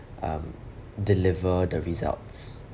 (um)deliver the results